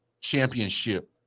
championship